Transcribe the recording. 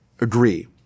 agree